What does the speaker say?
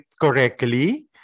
correctly